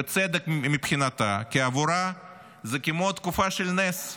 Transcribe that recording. בצדק, מבחינתה, כי עבורה זה כמו תקופה של נס: